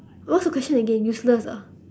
what's the question again useless ah